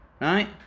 Right